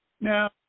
Now